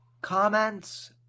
Comments